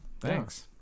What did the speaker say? thanks